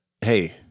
hey